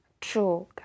true